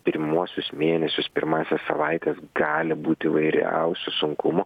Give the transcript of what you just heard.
pirmuosius mėnesius pirmąsias savaites gali būt įvairiausių sunkumų